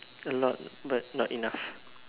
a lot but not enough